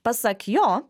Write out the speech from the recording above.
pasak jo